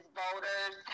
voters